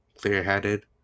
clear-headed